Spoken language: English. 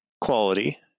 quality